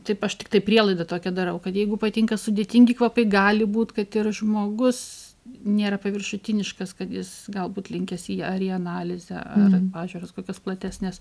taip aš tiktai prielaidą tokią darau kad jeigu patinka sudėtingi kvapai gali būt kad ir žmogus nėra paviršutiniškas kad jis galbūt linkęs į ar į analizę ar į pažiūras kokias platesnes